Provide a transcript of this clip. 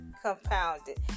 compounded